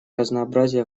разнообразие